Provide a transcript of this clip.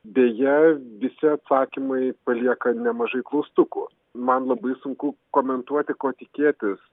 deja visi atsakymai palieka nemažai klaustukų man labai sunku komentuoti ko tikėtis